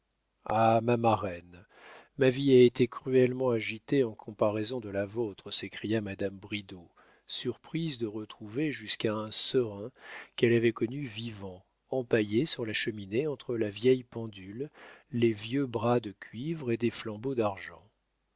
ah ma marraine ma vie a été cruellement agitée en comparaison de la vôtre s'écria madame bridau surprise de retrouver jusqu'à un serin qu'elle avait connu vivant empaillé sur la cheminée entre la vieille pendule les vieux bras de cuivre et des flambeaux d'argent